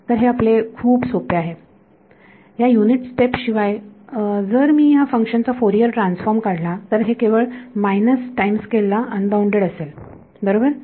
तर हे आपले खूप सोपे आहे ह्या युनिट स्टेप शिवाय जर मी ह्या फंक्शन चा फोरियर ट्रान्सफॉर्म काढला तर हे केवळ मायनस टाइम् स्केल ला अनबाउंडेड असेल बरोबर